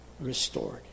Restored